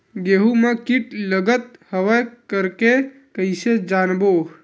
गेहूं म कीट लगत हवय करके कइसे जानबो?